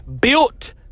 built